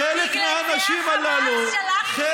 חלק מהנשים הללו, החמאס שלח סתם חולות סרטן?